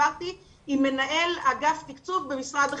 דיברתי עם מנהל אגף תקצוב במשרד החינוך.